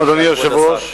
כבוד השר,